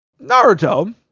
Naruto